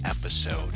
episode